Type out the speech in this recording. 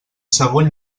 segon